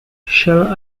shall